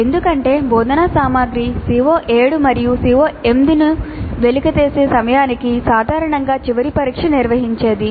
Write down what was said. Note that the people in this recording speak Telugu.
ఎందుకంటే బోధనా సామగ్రి CO7 మరియు CO8 ను వెలికితీసే సమయానికి సాధారణంగా చివరి పరీక్ష నిర్వహించేది